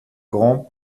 grand